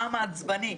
העם עצבני,